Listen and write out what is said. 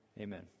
Amen